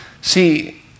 See